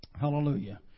Hallelujah